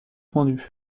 pendu